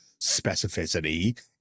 specificity